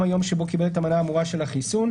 היום שבו קיבל את המנה האמורה של החיסון,